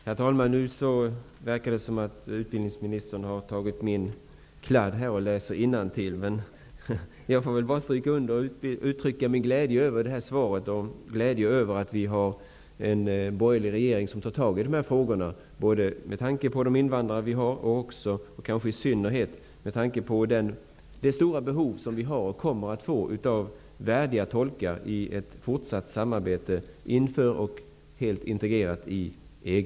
Herr talman! Det verkar nu som om utbildningsministern läser innantill ur min kladd. Jag får väl bara uttrycka min glädje över detta svar och över att vi har en borgerlig regering som tar tag i dessa frågor, både med tanke på de invandrare som vi har och -- kanske i synnerhet -- med tanke på det stora behov som vi har och kommer att ha av värdiga tolkar i ett fortsatt samarbete inför och vid en full integrering i EG.